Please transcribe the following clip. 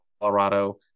Colorado